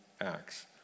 acts